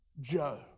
Joe